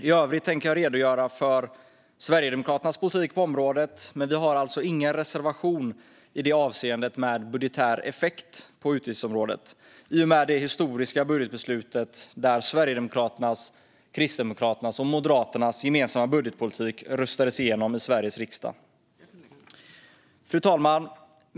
I övrigt tänker jag redogöra för Sverigedemokraternas politik på området, men i och med det historiska budgetbeslutet där Sverigedemokraternas, Kristdemokraternas och Moderaternas gemensamma budgetpolitik röstades igenom i Sveriges riksdag har vi alltså ingen reservation i det avseendet med budgetär effekt på utgiftsområdet. Fru talman!